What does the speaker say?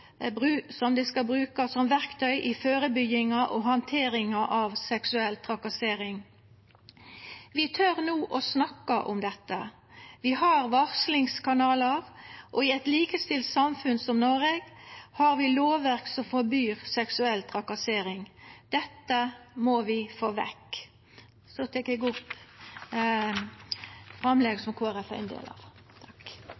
som dei skal bruka som verktøy i førebygginga og handteringa av seksuell trakassering. Vi tør no å snakka om dette. Vi har varslingskanalar, og i eit likestilt samfunn som Noreg har vi lovverk som forbyr seksuell trakassering. Dette må vi få vekk.